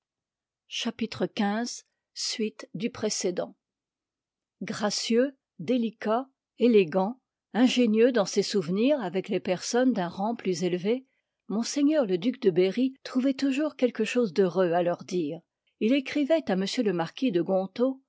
chapitre xv suite du précédent gracieux délicat élégant ingénieux dans ses souvenirs avec les personnes d'un rang plus élevé mo le due de berry trou voit toujours quelque chose d'heureux à leur dire il écrivoit à m le marqui de